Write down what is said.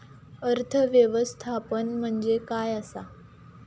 आर्थिक व्यवस्थापन म्हणजे काय असा?